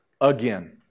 Again